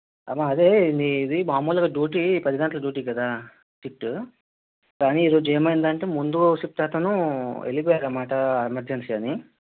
అమ్మా అదే మీది మాములుగా డ్యూటి పది గంటలకి డ్యూటి కదా షిఫ్టు కానీ ఈరోజు ఏమైంది అంటే ముందు షిఫ్ట్ అతను వెళ్ళిపోయారు అన్నమాట ఎమర్జెన్సీ అని